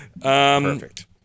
Perfect